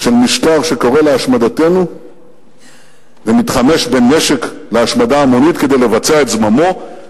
של משטר שקורא להשמדתנו ומתחמש בנשק להשמדה המונית כדי לבצע את זממו,